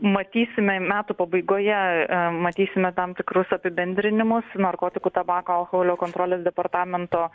matysime metų pabaigoje matysime tam tikrus apibendrinimus narkotikų tabako alkoholio kontrolės departamento